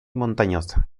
montañosa